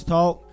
Talk